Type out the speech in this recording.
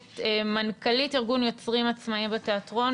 מנכ"לית ארגון יוצרים עצמאיים בתיאטרון.